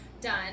done